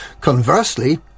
Conversely